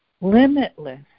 Limitless